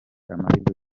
amahirwe